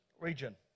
region